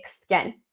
skin